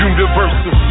Universal